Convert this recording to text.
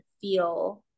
feel